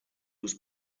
was